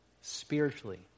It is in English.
spiritually